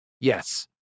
yes